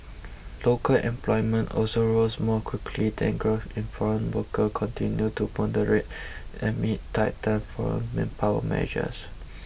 local employment also rose more quickly and growth in foreign workers continued to moderate amid tightened foreign manpower measures